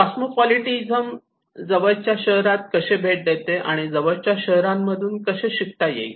cosmopolitanism जवळच्या शहरात कसे भेट दिली जाते जवळच्या शहरांमधून कसे शिकता येईल